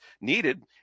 needed